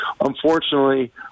unfortunately –